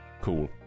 cool